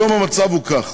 היום המצב הוא כך,